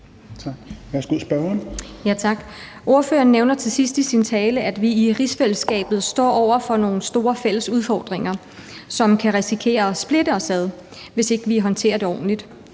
Larsson (S): Tak. Ordføreren nævner til sidst i sin tale, at vi i rigsfællesskabet står over for nogle store fælles udfordringer, som kan risikere at splitte os ad, hvis ikke vi håndterer dem ordentligt.